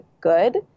good